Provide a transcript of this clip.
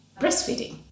breastfeeding